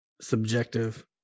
subjective